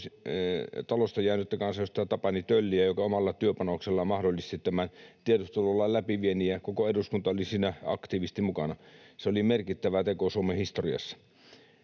talosta jäänyttä kansanedustaja Tapani Tölliä, joka omalla työpanoksellaan mahdollisti tämän tiedustelulain läpiviennin, ja koko eduskunta oli siinä aktiivisesti mukana. Se oli merkittävä teko Suomen historiassa.